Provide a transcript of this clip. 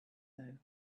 though